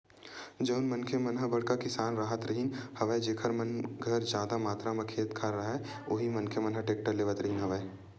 जउन मनखे मन ह बड़का किसान राहत रिहिन हवय जेखर मन घर जादा मातरा म खेत खार राहय उही मनखे मन ह टेक्टर लेवत रिहिन हवय